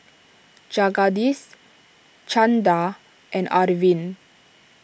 Jagadish Chanda and Arvind